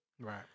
right